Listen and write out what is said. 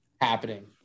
happening